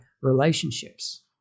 relationships